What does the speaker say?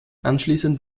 anschließend